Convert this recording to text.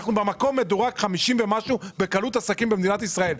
אנחנו במקום מדורג 50 ומשהו בקלות עסקים במדינת ישראל.